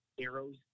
arrows